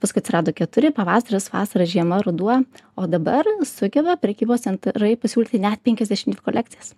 paskui atsirado keturi pavasaris vasara žiema ruduo o dabar sugeba prekybos centrai pasiūlyti net penkiasdešim dvi kolekcijas